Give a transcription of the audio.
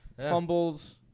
fumbles